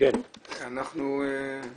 אנחנו נשמח לשמוע.